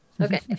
Okay